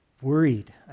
worried